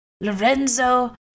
Lorenzo